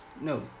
No